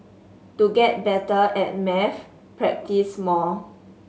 to get better at maths practise more